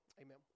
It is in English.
Amen